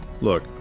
Look